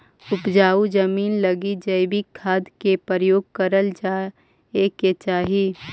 उपजाऊ जमींन लगी जैविक खाद के प्रयोग करल जाए के चाही